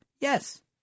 Yes